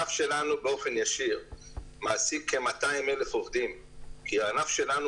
באופן ישיר מעסיק כ-200,00 עובדים כי הענף שלנו